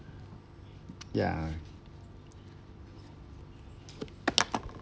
ya